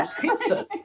pizza